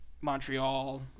Montreal